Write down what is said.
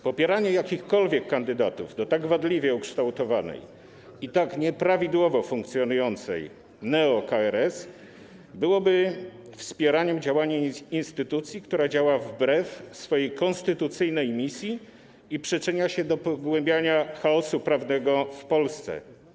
Popieranie jakichkolwiek kandydatów do tak wadliwie ukształtowanej i tak nieprawidłowo funkcjonującej neo-KRS byłoby wspieraniem działania instytucji, która działa wbrew swej konstytucyjnej misji i przyczynia się do pogłębiania chaosu prawnego w Polsce.